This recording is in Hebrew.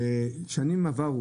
בשנים עברו,